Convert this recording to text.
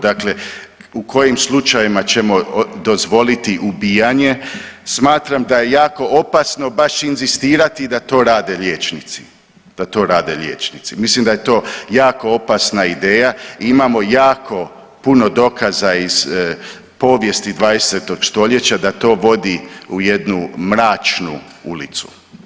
Dakle, u kojim slučajevima ćemo dozvoliti ubijanje, smatram da je jako opasno baš inzistirati da to rade liječnici, da to rade liječnici, mislim da je to jako opasna ideja i imamo jako puno dokaza iz povijesti 20. st. da to vodi u jednu mračnu ulicu.